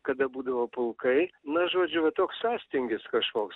kada būdavo pulkai na žodžiu va toks sąstingis kažkoks